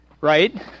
right